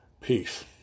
Peace